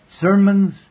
Sermons